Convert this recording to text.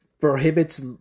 prohibits